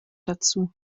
dazu